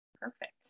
Perfect